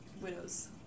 Widows